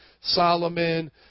Solomon